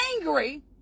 angry